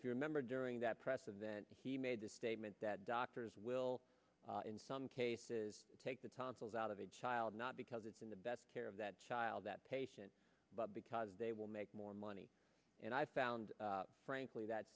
if you remember during that press event he made the statement that doctors will in some cases take the tonsils out of a child not because it's in the best care of that child that patient but because they will make more money and i found frankly that